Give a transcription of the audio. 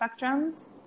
spectrums